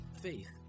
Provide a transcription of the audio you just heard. faith